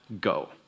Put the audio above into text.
go